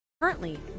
Currently